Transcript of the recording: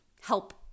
help